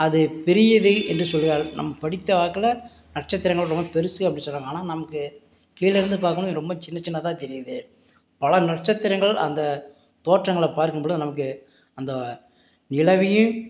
அது பெரியது என்று சொல்கிறார்கள் நம் படித்த வாக்குல நட்சத்திரங்கள் ரொம்ப பெருசு அப்படினு சொல்கிறாங்க ஆனால் நமக்கு கீழேருந்து பார்க்கும் போது ரொம்ப சின்ன சின்னதாக தெரியுது பல நட்சத்திரங்கள் அந்த தோற்றங்களை பார்க்கும் பொழுது நமக்கு அந்த நிலவையும்